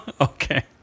Okay